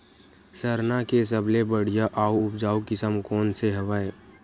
सरना के सबले बढ़िया आऊ उपजाऊ किसम कोन से हवय?